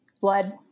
blood